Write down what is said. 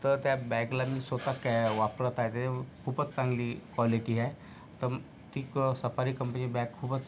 तर त्या बॅगला मी स्वत कॅ वापरत आहे त्या खूपच चांगली कॉलीटी आहे तंं तिक सफारी कंपनीची बॅग खूपच